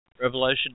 Revelation